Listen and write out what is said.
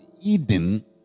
Eden